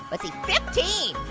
let's see, fifteen.